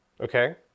okay